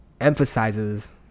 emphasizes